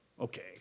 okay